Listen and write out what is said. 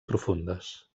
profundes